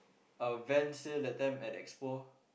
uh Vans sale that time at Expo